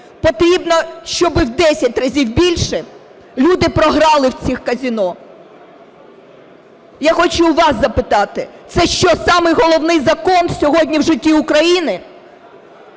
потрібно щоб в 10 разів більше люди програли в цих казино? Я хочу у вас запитати. Це що, самий головний закон сьогодні в житті України?